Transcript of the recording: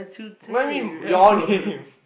I mean your name